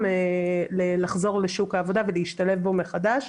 גדול יותר לחזור לשוק העבודה ולהשתלב בו מחדש.